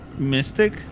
Mystic